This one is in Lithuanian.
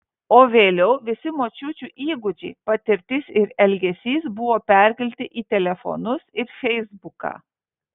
o vėliau visi močiučių įgūdžiai patirtis ir elgesys buvo perkelti į telefonus ir feisbuką